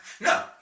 No